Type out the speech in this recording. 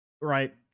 Right